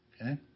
Okay